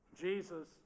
Jesus